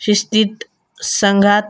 शिस्तित संघात